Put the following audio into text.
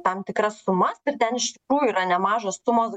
tam tikras sumas ir ten iš tikrųjų yra nemažos sumos